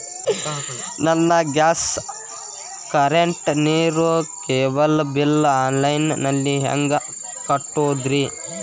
ನನ್ನ gas, current, ನೇರು, cable bill online ನಲ್ಲಿ ಹೆಂಗ್ ಕಟ್ಟೋದ್ರಿ?